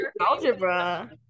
Algebra